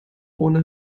ohne